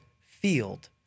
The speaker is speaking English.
field